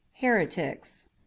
Heretics